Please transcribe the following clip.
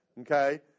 Okay